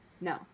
No